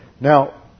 Now